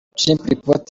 chimpreports